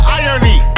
irony